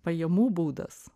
pajamų būdas